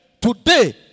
today